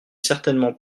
certainement